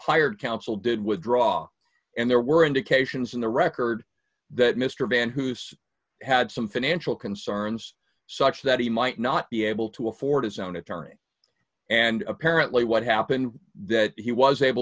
hired counsel did withdraw and there were indications in the record that mr van hoosen had some financial concerns such that he might not be able to afford his own attorney and apparently what happened that he was able